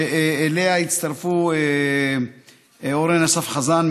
שאליה הצטרפו אורן אסף חזן,